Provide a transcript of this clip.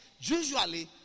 usually